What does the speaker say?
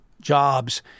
jobs